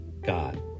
God